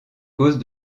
cause